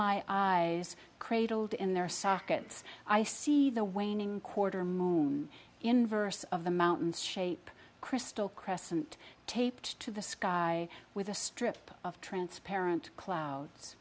my eyes cradled in their sockets i see the waning quarter moon in verse of the mountains shape crystal crescent taped to the sky with a strip of transparent clouds